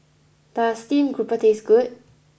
does Steamed Grouper taste good